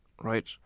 right